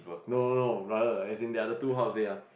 no no no brother as in they are the two how to say ya